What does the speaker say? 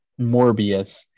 Morbius